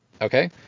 Okay